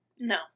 No